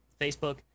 Facebook